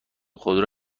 خودرو